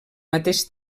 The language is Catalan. mateix